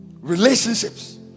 relationships